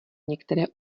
některé